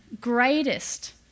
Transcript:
greatest